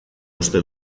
uste